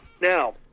Now